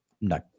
No